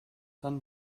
dann